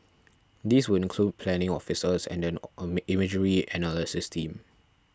these would include planning officers and an imagery analysis team